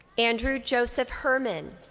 andrew joseph herman.